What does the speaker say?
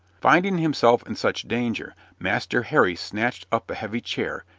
finding himself in such danger, master harry snatched up a heavy chair,